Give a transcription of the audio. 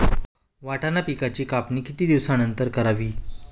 वाटाणा पिकांची कापणी किती दिवसानंतर करावी?